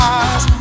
eyes